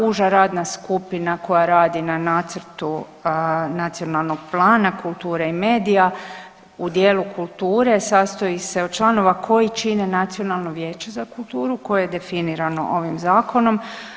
Uža radna skupina koja radi na nacrtu Nacionalnog plana kulture i medija u dijelu kulture sastoji se od članova koji čine nacionalno vijeće za kulturu koje je definirano ovim zakonom.